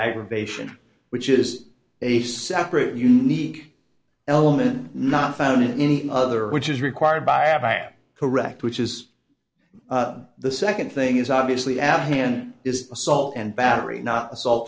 aggravation which is a separate unique element not found in any other which is required by am correct which is the second thing is obviously ab han is assault and battery not assault